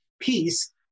Peace